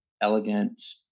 elegant